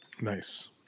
Nice